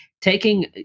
taking